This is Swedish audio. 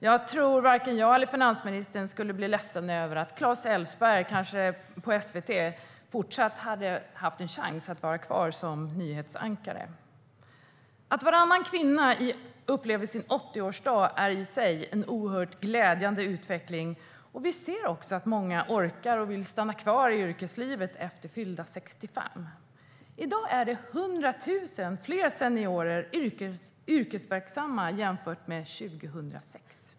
Jag tror att varken jag eller finansministern skulle bli ledsna om Claes Elfsberg på SVT fick en chans att vara kvar som nyhetsankare. Att varannan kvinna numera upplever sin 80-årsdag är i sig en glädjande utveckling. Vi ser också att många orkar och vill stanna kvar i yrkeslivet efter fyllda 65 år. I dag är 100 000 fler seniorer yrkesverksamma jämfört med 2006.